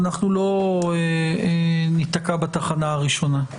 אנחנו לא ניתקע בתחנה הראשונה.